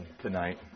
tonight